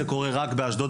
זה קורה רק באשדוד,